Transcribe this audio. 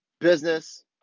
business